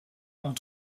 ont